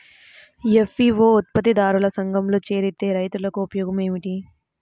FPO ఉత్పత్తి దారుల సంఘములో చేరితే రైతులకు ఉపయోగము ఏమిటి?